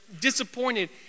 disappointed